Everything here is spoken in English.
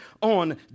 on